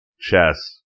chess